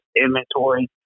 inventory